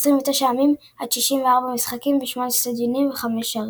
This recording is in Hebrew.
עם 64 משחקים בשמונה אצטדיונים בחמש ערים.